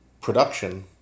production